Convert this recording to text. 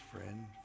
friend